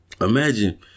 Imagine